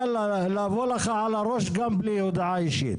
לבוא לך על הראש גם בלי הודעה אישית.